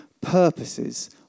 purposes